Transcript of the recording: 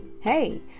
Hey